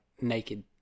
naked